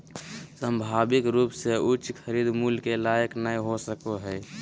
संभावित रूप से उच्च खरीद मूल्य के लायक नय हो सको हइ